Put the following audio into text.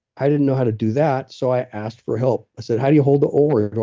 i didn't know how to do that, so i asked for help i said, how do you hold the oar?